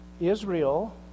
Israel